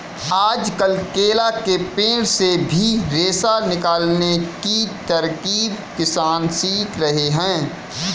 आजकल केला के पेड़ से भी रेशा निकालने की तरकीब किसान सीख रहे हैं